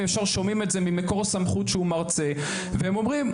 הם ישר שומעים את זה ממקור הסמכות שזה המרצה והם אומרים,